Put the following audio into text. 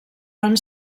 van